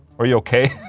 are you ok?